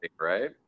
right